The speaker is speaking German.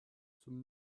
zum